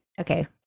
okay